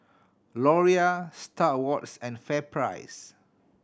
Laurier Star Awards and FairPrice